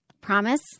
Promise